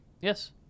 Yes